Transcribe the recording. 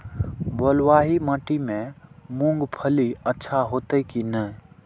बलवाही माटी में मूंगफली अच्छा होते की ने?